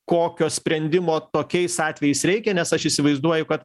kokio sprendimo tokiais atvejais reikia nes aš įsivaizduoju kad